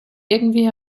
irgendwie